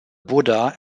buddha